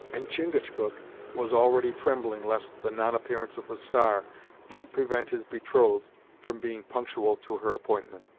and chingachgook was already trembling lest the non-appearance of the star might prevent his betrothed from being punctual to her appointment.